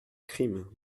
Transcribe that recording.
crime